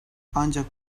ancak